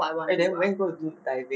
eh then when you going to do diving